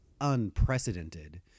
unprecedented